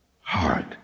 heart